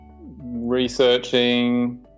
researching